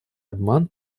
обман